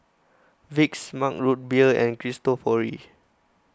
Vicks Mug Root Beer and Cristofori